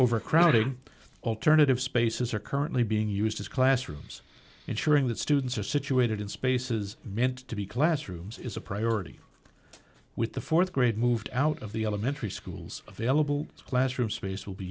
overcrowding alternative spaces are currently being used as classrooms ensuring that students are situated in spaces meant to be classrooms is a priority with the th grade moved out of the elementary schools available as classroom space will be